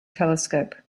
telescope